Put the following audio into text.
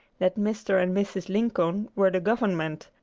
that mr. and mrs. lincoln were the government,